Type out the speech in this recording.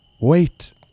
wait